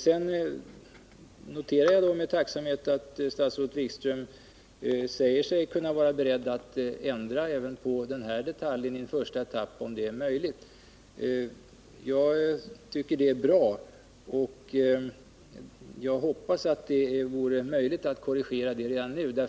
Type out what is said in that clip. Sedan noterar jag med tacksamhet att statsrådet Wikström säger sig kunna vara beredd att ändra på den här detaljen i en första etapp, om det är möjligt. Jag tycker det är bra, och jag hoppas det blir möjligt att göra en korrigering nu.